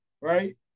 right